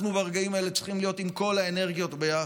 ברגעים האלה אנחנו צריכים להיות עם כל האנרגיות ביחד,